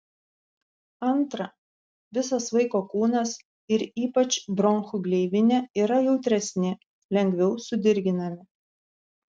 antra visas vaiko kūnas ir ypač bronchų gleivinė yra jautresni lengviau sudirginami